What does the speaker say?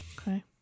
Okay